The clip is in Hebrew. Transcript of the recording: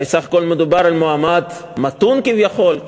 הרי בסך הכול מדובר על מועמד מתון כביכול.